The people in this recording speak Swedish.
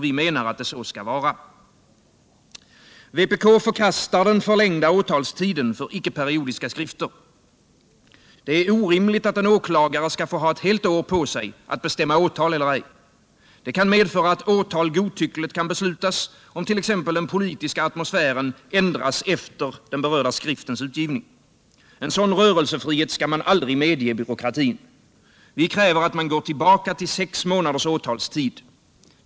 Vi menar att det skall vara det. Vpk förkastar den förlängda åtalstiden för icke-periodiska skrifter. Det är orimligt att en åklagare skall få ha ett helt år på sig att bestämma om åtal eller ej. Det kan medföra att åtal godtyckligt kan beslutas, om t.ex. den politiska atmosfären ändras efter den berörda skriftens utgivning. En sådan rörelsefrihet skall man aldrig medge byråkratin. Vi kräver att man går tillbaka till sex månaders åtalstid.